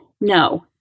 No